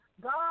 God